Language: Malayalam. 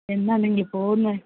എന്നാണ് നിങ്ങൾ പോകുന്നത്